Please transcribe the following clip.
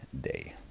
day